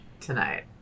tonight